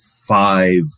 five